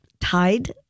tied